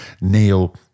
Neil